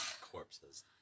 corpses